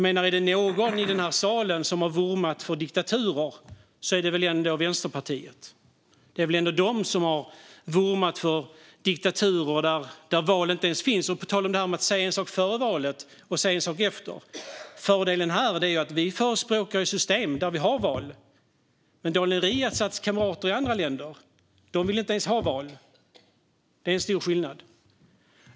Är det någon i den här salen som har vurmat för diktaturer är det väl ändå Vänsterpartiet. Det är väl ändå de som har vurmat för diktaturer där val inte ens finns. Och på tal om detta med att säga en sak före valet och en sak efter är fördelen här att vi förespråkar ett system där vi har val, medan Daniel Riazats kamrater i andra länder inte ens vill ha val. Det är en stor skillnad.